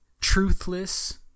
truthless